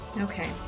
Okay